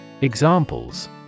Examples